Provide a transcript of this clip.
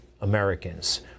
Americans